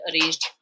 arranged